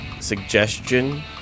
suggestion